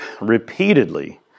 repeatedly